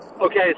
Okay